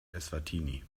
eswatini